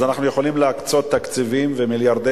אז אנחנו יכולים להקצות תקציבים ומיליארדי